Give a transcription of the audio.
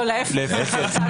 להפך.